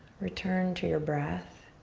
return to your breath.